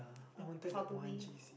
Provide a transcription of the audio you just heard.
I wanted that one